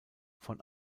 von